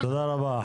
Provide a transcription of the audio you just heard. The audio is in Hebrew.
תודה רבה.